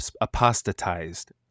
apostatized